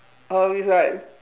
um it's like